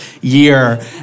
year